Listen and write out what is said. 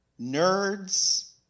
nerds